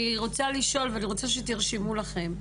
אני רוצה לשאול ואני רוצה שתרשמו לכם.